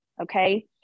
Okay